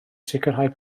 sicrhau